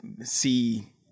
see